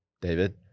David